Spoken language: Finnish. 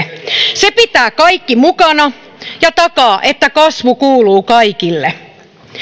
se pitää kaikki mukana ja takaa että kasvu kuuluu kaikille